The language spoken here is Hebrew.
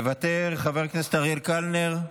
מוותר, חבר הכנסת אריאל קלנר,